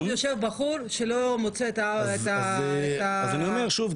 שבסוף יושב בחור שלא מוצא את ה --- אז אני אומר שוב,